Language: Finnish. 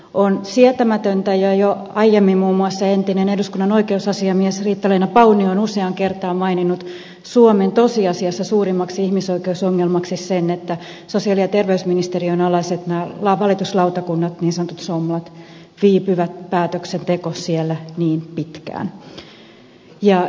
on sietämätöntä ja jo aiemmin muun muassa entinen eduskunnan oi keusasiamies riitta leena paunio on useaan kertaan maininnut suomen tosiasiassa suurimmaksi ihmisoikeusongelmaksi sen että sosiaali ja terveysministeriön alaisessa valituslautakunnassa niin sanotussa somlassa päätöksenteko viipyy niin pitkään